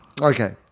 Okay